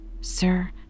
Sir